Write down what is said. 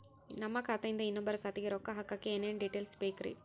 ನಮ್ಮ ಖಾತೆಯಿಂದ ಇನ್ನೊಬ್ಬರ ಖಾತೆಗೆ ರೊಕ್ಕ ಹಾಕಕ್ಕೆ ಏನೇನು ಡೇಟೇಲ್ಸ್ ಬೇಕರಿ?